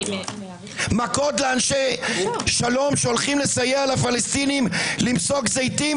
מכות לאנשי שלום שהולכים לסייע לפלסטינים למסוק זיתים,